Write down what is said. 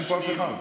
אין פה אף אחד.